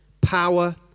power